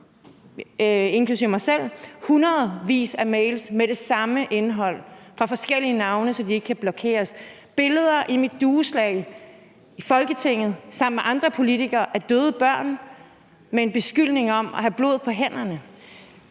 hundredvis af mails med det samme indhold fra forskellige navne, så de ikke kan blokeres. Jeg har fået billeder af døde børn i mit dueslag i Folketinget sammen med andre politikere med en beskyldning om at have blod på hænderne.